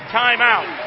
timeout